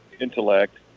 intellect